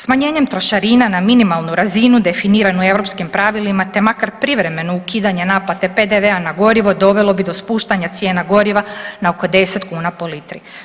Smanjenjem trošarina na minimalnu razinu definiranu europskim pravilima te makar privremeno ukidanje naplate PDV-a na gorivo dovelo bi do spuštanja cijena goriva na oko 10 kuna po litri.